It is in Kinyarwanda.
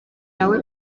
nawe